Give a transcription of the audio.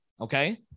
Okay